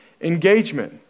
engagement